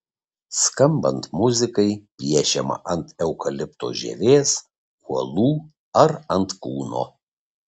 skambant muzikai piešiama ant eukalipto žievės uolų ar ant kūno